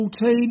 14